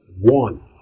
one